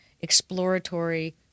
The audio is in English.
exploratory